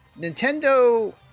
Nintendo